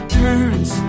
turns